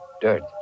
dirt